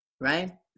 right